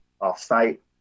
off-site